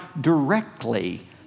directly